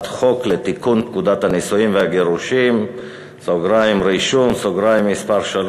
חוק לתיקון פקודת הנישואין והגירושין (רישום) (מס' 3)